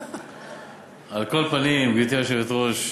על כל פנים, גברתי היושבת-ראש,